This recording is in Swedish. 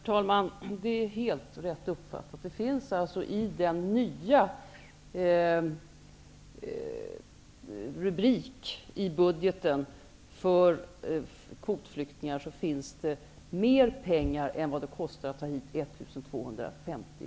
Herr talman! Det är helt rätt uppfattat. I den nya rubriken för kvotflyktingar i budgeten finns det mer pengar än vad det kostar att ta hit 1 250